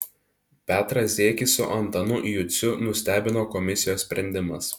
petrą ziekį su antanu juciu nustebino komisijos sprendimas